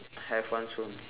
have one soon